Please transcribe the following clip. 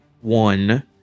One